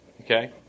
okay